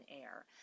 air